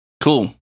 cool